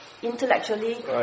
intellectually